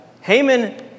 Haman